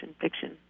fiction